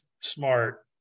smart